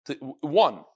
one